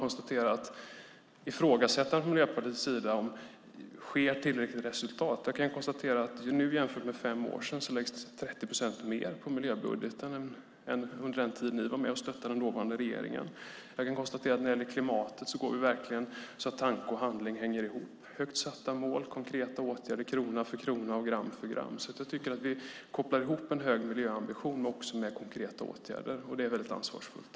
Miljöpartiet ifrågasätter om det blir tillräckliga resultat. Jag kan konstatera att det läggs 30 procent mer på miljöbudgeten nu än när Miljöpartiet var med och stöttade den dåvarande regeringen. Jag kan konstatera att tanke och handling hänger ihop när det gäller klimatet. Det är högt satta mål och konkreta åtgärder krona för krona och gram för gram. Jag tycker att vi kopplar ihop en hög miljöambition med konkreta åtgärder. Det är väldigt ansvarsfullt.